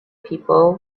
people